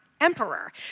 emperor